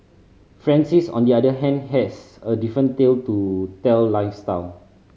Francis on the other hand has a different tale to tell lifestyle